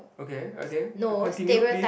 okay okay continue please